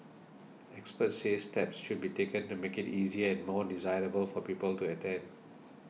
experts say steps should be taken to make it easier and more desirable for people to attend